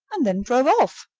and then drove off!